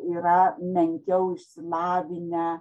yra menkiau išsilavinę